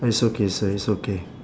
it's okay sir it's okay